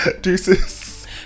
Deuces